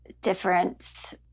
different